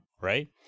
right